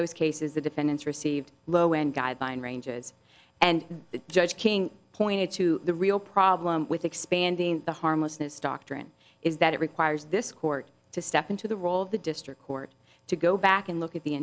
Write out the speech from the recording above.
those cases the defendants received low end guideline ranges and the judge king pointed to the real problem with expanding the harmlessness doctrine is that it requires this court to step into the role of the district court to go back and look at the